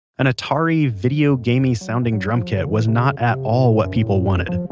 an atari video gamey-sounding drum kit was not at all what people wanted.